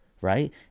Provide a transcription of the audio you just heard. right